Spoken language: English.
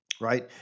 right